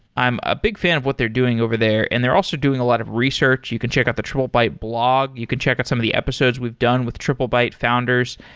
i'm a big fan of what they're doing over there and they're also doing a lot of research. you can check out the triplebyte blog. you can check out some of the episodes we've done with triplebyte founders.